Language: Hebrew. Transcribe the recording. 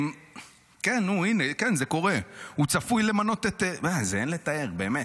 כן, זה קורה, הוא צפוי למנות, זה אין לתאר, באמת.